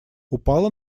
упало